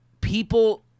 people